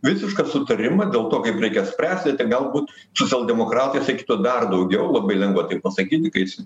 visišką sutarimą dėl to kaip reikia spręsti tik galbūt socialdemokratai sakytų dar daugiau labai lengva taip pasakyti kai esi